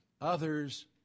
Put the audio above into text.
others